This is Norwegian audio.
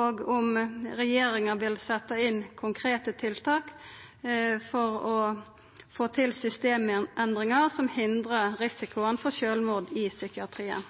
og om regjeringa vil setja inn konkrete tiltak for å få til systemendringar som hindrar risikoen for sjølvmord i psykiatrien.